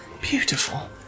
beautiful